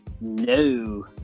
No